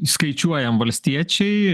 išskaičiuojam valstiečiai